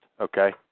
okay